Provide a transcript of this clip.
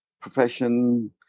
profession